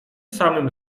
samym